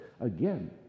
again